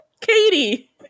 Katie